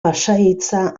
pasahitza